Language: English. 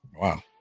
Wow